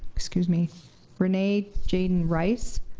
excuse me renee jaden rice,